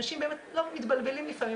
אנשים באמת מתבלבלים לפעמים,